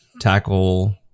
tackle